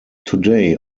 today